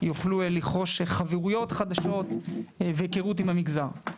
ויוכלו לרכוש חברויות חדשות והיכרות עם המגזר.